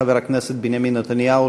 חבר הכנסת בנימין נתניהו,